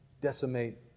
decimate